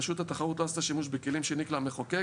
רשות התחרות לא עשתה שימוש בכלים שהעניק לה המחוקק